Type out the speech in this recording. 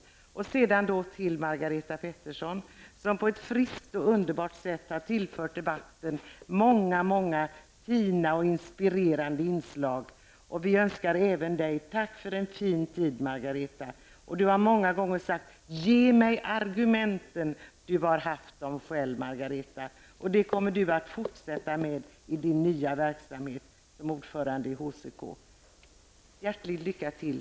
Till sist vill jag vända mig till Margareta Persson som på ett friskt och underbart sätt tillfört debatten väldigt många fina och inspirerande inslag. Vi önskar även dig en fin tid, Margareta. Du har många gånger sagt: ge mig argumenten! Du har haft dem själv, Margareta. Det kommer du att fortsätta att ha i din nya verksamhet som ordförande i HCK. Jag önskar alla tre hjärtligt lycka till.